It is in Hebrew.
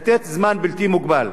ולתת זמן בלתי מוגבל.